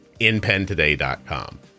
inpentoday.com